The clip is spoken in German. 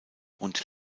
und